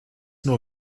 nur